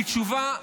היא תשובה,